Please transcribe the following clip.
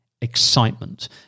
excitement